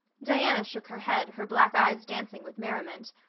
diana shook her head, her black eyes dancing with merriment.